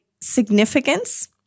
significance